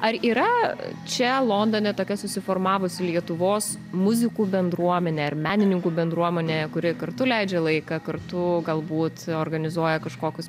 ar yra čia londone tokia susiformavusi lietuvos muzikų bendruomenė ar menininkų bendruomenė kuri kartu leidžia laiką kartu galbūt organizuoja kažkokius